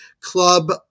Club